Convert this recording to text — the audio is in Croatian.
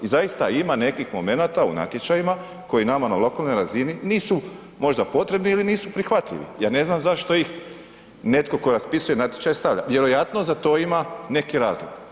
I zaista ima nekih momenata u natječajima koji nama na lokalnoj razini nisu možda potrebni ili nisu prihvatljivi, ja ne znam zašto ih netko tko raspisuje natječaje stavlja, vjerojatno za to ima neki razlog.